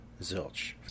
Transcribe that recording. Zilch